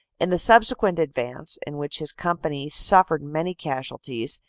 in the subsequent advance, in which his company suffered many casualties,